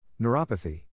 Neuropathy